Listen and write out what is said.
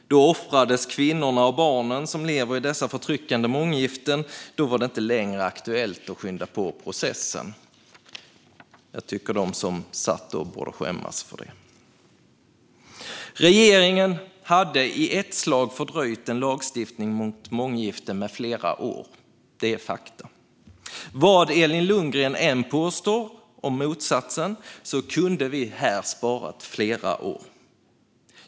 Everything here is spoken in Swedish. Då offrades de kvinnor och barn som lever i dessa förtryckande månggiften. Då var det inte längre aktuellt att skynda på processen. Jag tycker att de som satt med då borde skämmas för det. Regeringen hade i ett slag fördröjt en lagstiftning mot månggifte med flera år. Det är fakta. Vad Elin Lundgren än påstår kunde vi här ha sparat flera år.